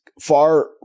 far